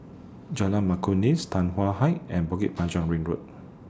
Jalan Ma Tan Hwan High and Bukit Panjang Ring Road